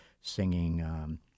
singing